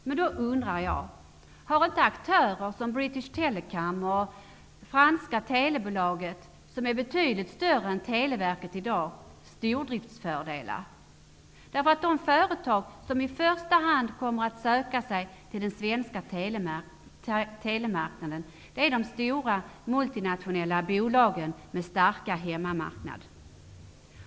Men då undrar jag: Har inte aktörer som British Telecom och det franska telebolaget, som är betydligt större än Televerket i dag är, stordriftsfördelar? De företag som i första hand kommer att söka sig till den svenska telemarknaden är de stora multinationella bolagen med starka hemmamarknader.